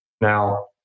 Now